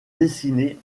dessinée